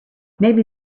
maybe